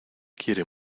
quiere